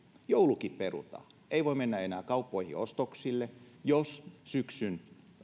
joulukin perutaan ei voi mennä enää kauppoihin ostoksille jos syksyn